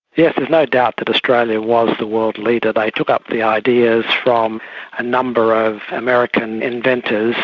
yes, there's no doubt that australia was the world leader. they took up the ideas from a number of american inventors,